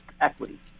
equity